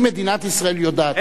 אם מדינת ישראל יודעת,